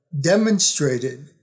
demonstrated